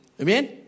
Amen